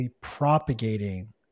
propagating